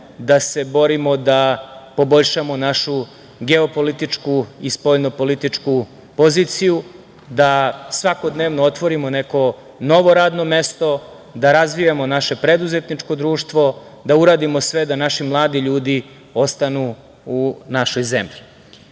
da se borimo da poboljšamo našu geo-političku i spoljno-političku poziciju, da svakodnevno otvorimo neko novo radno mesto, da razvijamo naše preduzetničko društvo, da uradimo sve da naši mladi ljudi ostanu u našoj